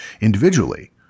individually